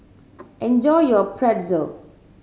enjoy your Pretzel